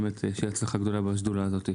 שתהיה הצלחה גדולה בשדולה הזאת.